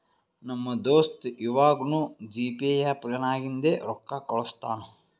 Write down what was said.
ನಮ್ ದೋಸ್ತ ಯವಾಗ್ನೂ ಜಿಪೇ ಆ್ಯಪ್ ನಾಗಿಂದೆ ರೊಕ್ಕಾ ಕಳುಸ್ತಾನ್